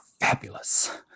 fabulous